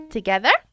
Together